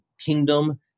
kingdom